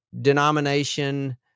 denomination